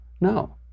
No